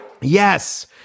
Yes